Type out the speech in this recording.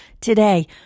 today